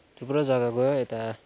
थुप्रो जग्गा गयो यता